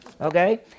Okay